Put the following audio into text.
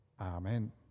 Amen